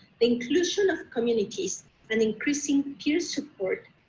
the inclusion of communities and increasing peer support,